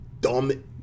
dumb